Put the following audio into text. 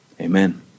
amen